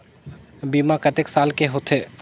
बीमा कतेक साल के होथे?